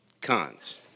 Cons